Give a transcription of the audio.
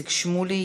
איציק שמולי,